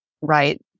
Right